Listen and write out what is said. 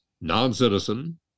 non-citizen